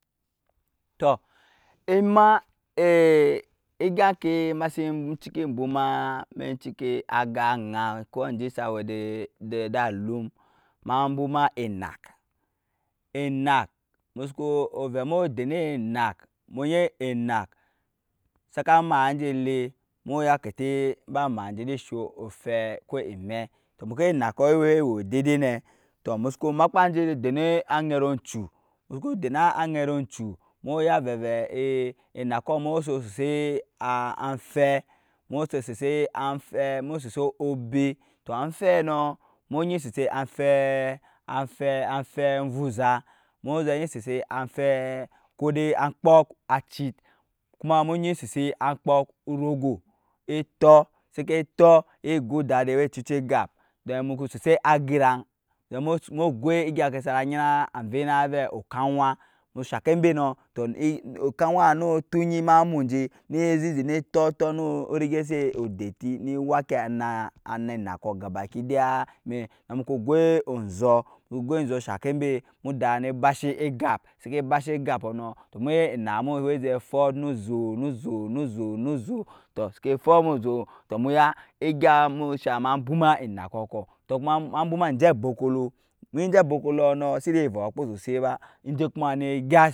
Tɔ ema egya oŋke ema si cike bwoma eme ciki aga aŋa ko anje sa we ede da alum ma bwoma enak enak musu ko ovɛ mu de nu enak mu ya enak saka mat enje de mu ya kete ba mat nje je sho ofɛ ko emɛ tɔ emu su ku makpa enje je den anet uncu mu su ku den aŋet oncu emu ya vɛvɛ ee enakɔ mu je sese a anfɛ mu je sese anfɛmu sese obe tɔ anfɛ onvuza muje nyi sese anfɛ ko doi ankpɔk a cit kuma mu nyi sese ankpɔk enrogo etɔ seke etɔ ego ddadi we cucu egap den musu ku. sese gyeraŋ vɛ mu goi egya ŋke sana nyina anvei na vɛ kaŋwa nu shaŋke mbe mnɔtɔ o kaŋwa nu luyyi na amu enje nu zize nu tɔtɔ nu rege si e deti ne ewaki a naa a na enakɔ gabakidiya na muku goi onzɔ nu goi onɔ shake mbe nada obashi egap seke bashi egaps nɔ tɔ muya enak mu we ze efɔt nu zoo nu zoo nu zoo mu zoo tɔ seke efɔt nu zoo tɔ emu ya egya na shaŋ ma. ema bwoma enakɔɔ kɔ tɔ ema bwoma eje a bɔkɔtɔ mu nyi enje a bɔkolɔ no si je vɔɔ akpo sosai ba enje kuma ne egya.